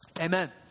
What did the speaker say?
Amen